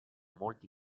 molti